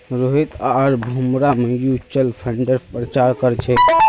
रोहित आर भूमरा म्यूच्यूअल फंडेर प्रचार कर छेक